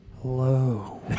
Hello